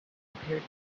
appeared